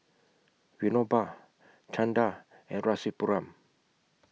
Vinoba Chanda and Rasipuram